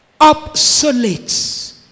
Obsolete